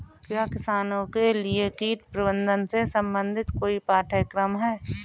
क्या किसानों के लिए कीट प्रबंधन से संबंधित कोई पाठ्यक्रम है?